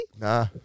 Nah